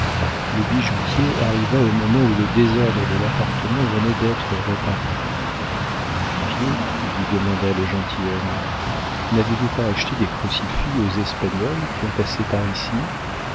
le bijoutier arriva au moment où le désordre de l'appartement venait d'être réparé duvivier lui demanda le gentilhomme n'avez-vous pas acheté des crucifix aux espagnols qui ont passé par ici